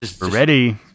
ready